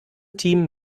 team